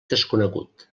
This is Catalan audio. desconegut